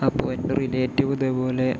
അപ്പോൾ എൻ്റെ റിലേറ്റീവ് ഇതേപോലെ